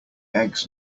eggs